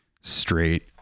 straight